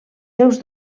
seus